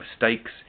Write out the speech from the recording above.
mistakes